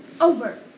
over